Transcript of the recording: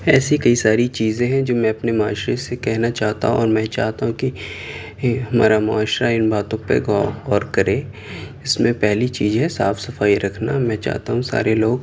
ایسی کئی ساری چیزیں ہیں جو میں اپنے معاشرے سے کہنا چاہتا ہوں اور میں چاہتا ہوں کہ ہمارا معاشرہ ان باتوں پہ غور کرے اس میں پہلی چیز ہے صاف صفائی رکھنا میں چاہتا ہوں سارے لوگ